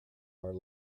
our